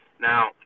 now